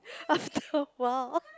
of the world